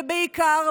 ובעיקר,